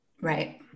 Right